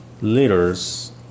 liters